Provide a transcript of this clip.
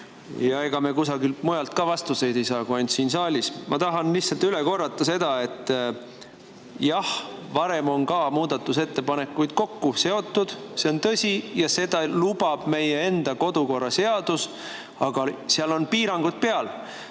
Ega me kusagilt mujalt vastuseid ei saa kui ainult siit saalist. Ma tahan lihtsalt üle korrata seda, et jah, varem on ka muudatusettepanekuid kokku seotud, see on tõsi ja seda lubab meie enda kodukorraseadus. Aga seal on piirangud peal.